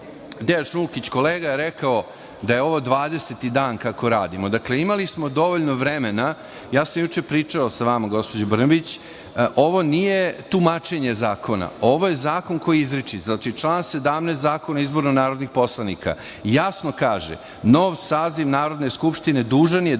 Dejan Šulkić, kolega, rekao je da je ovo dvadeseti dan kako radimo. Dakle, imali smo dovoljno vremena. Juče sam pričao sa vama, gospođo Brnabić, ovo nije tumačenje zakona, ovo je zakon koji je izričit. Znači, član 17. Zakona o izboru narodnih poslanika jasno kaže – nov saziv Narodne skupštine dužan je da